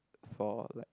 for like